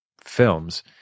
films